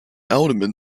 aldermen